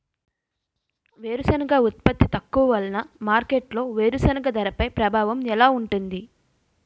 వేరుసెనగ ఉత్పత్తి తక్కువ వలన మార్కెట్లో వేరుసెనగ ధరపై ప్రభావం ఎలా ఉంటుంది?